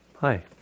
Hi